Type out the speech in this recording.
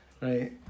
Right